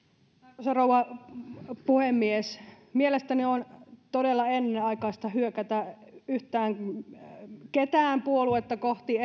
arvoisa rouva puhemies mielestäni on todella ennenaikaista hyökätä yhtään mitään puoluetta kohti